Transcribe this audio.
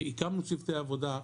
הקמנו צוותי עבודה,